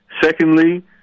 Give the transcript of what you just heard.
Secondly